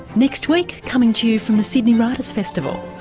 next week coming to you from the sydney writers' festival